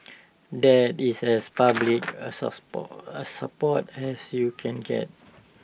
that is as public A A support as you can get